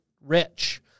rich